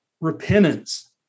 Repentance